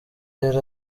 yari